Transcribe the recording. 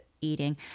eating